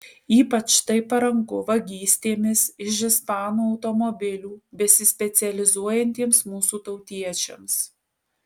ypač tai paranku vagystėmis iš ispanų automobilių besispecializuojantiems mūsų tautiečiams